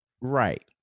right